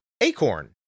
Acorn